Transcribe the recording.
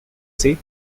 say